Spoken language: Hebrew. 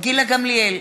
גילה גמליאל,